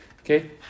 okay